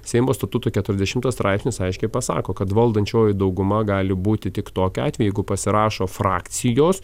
seimo statuto keturiasdešimas straipsnis aiškiai pasako kad valdančioji dauguma gali būti tik tokiu atveju jeigu pasirašo frakcijos